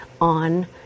on